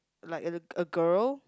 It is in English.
like at the a girl